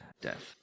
death